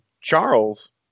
Charles